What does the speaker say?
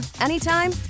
anytime